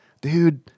dude